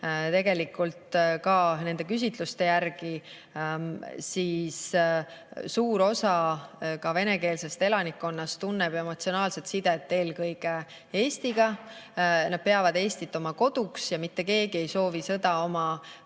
tegelikult ka küsitluste järgi suur osa venekeelsest elanikkonnast tunneb emotsionaalset sidet eelkõige Eestiga. Nad peavad Eestit oma koduks ja mitte keegi ei soovi sõda oma